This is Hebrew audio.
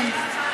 כן.